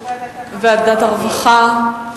ועדת הרווחה.